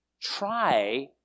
try